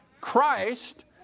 Christ